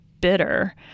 bitter